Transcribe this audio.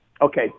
Okay